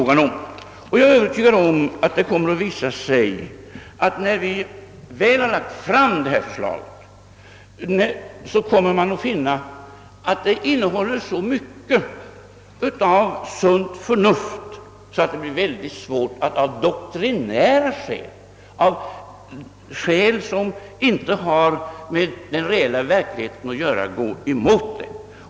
Jag är övertygad om att när vi väl har lagt fram vårt förslag om den näringspolitiska fonden, så kommer man att finna att det innehåller så mycket av sunt förnuft, att det blir väldigt svårt att gå emot förslaget av doktrinära skäl; skäl som inte har med de reella förhållandena att göra.